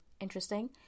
Interesting